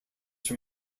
from